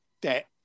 debt